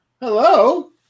Hello